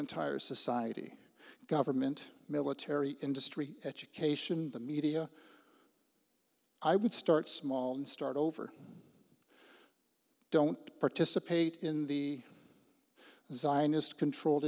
entire society government military industry education the media i would start small and start over don't participate in the zionist controlled